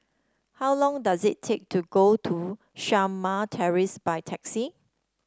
how long does it take to go to Shamah Terrace by taxi